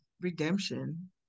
redemption